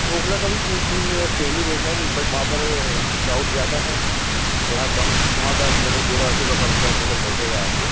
اوکھلا کا بھی something same ہی ریٹ ہے لیکن بٹ وہاں پر کراؤڈ زیادہ ہے جگہ کم ہے تو وہاں کا لگ بھگ دو لاکھ روپے پر اسکوائر میٹر بیٹھے گا آپ کو